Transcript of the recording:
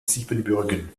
siebenbürgen